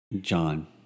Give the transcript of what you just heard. John